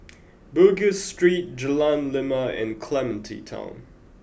Bugis Street Jalan Lima and Clementi Town